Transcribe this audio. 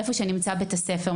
איפה שנמצא בית הספר.